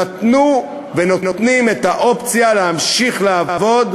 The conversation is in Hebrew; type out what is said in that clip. נתנו ונותנים את האופציה להמשיך לעבוד,